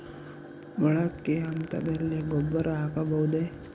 ಮೊಳಕೆ ಹಂತದಲ್ಲಿ ಗೊಬ್ಬರ ಹಾಕಬಹುದೇ?